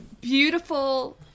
beautiful